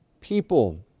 people